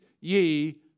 ye